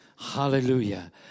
Hallelujah